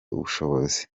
ubushobozi